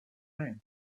end